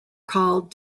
called